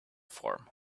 form